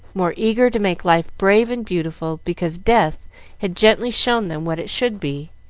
more eager to make life brave and beautiful, because death had gently shown them what it should be.